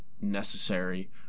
necessary